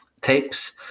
tapes